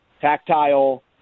tactile